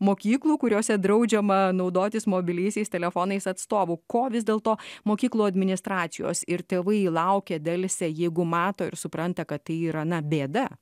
mokyklų kuriose draudžiama naudotis mobiliaisiais telefonais atstovų ko vis dėlto mokyklų administracijos ir tėvai laukia delsia jeigu mato ir supranta kad tai yra na bėda